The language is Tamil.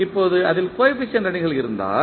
இப்போது அதில் கோஎபிசியன்ட் அணிகள் இருந்தால்